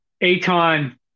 aton